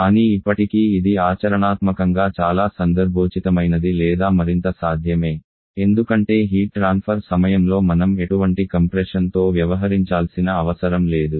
కానీ ఇప్పటికీ ఇది ఆచరణాత్మకంగా చాలా సందర్భోచితమైనది లేదా మరింత సాధ్యమే ఎందుకంటే హీట్ ట్రాన్ఫర్ సమయంలో మనం ఎటువంటి కంప్రెషన్ తో వ్యవహరించాల్సిన అవసరం లేదు